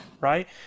right